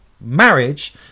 marriage